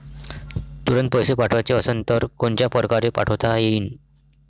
तुरंत पैसे पाठवाचे असन तर कोनच्या परकारे पाठोता येईन?